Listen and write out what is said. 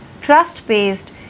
trust-based